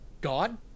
God